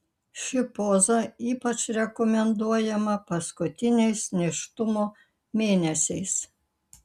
ši poza ypač rekomenduojama paskutiniais nėštumo mėnesiais